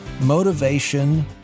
Motivation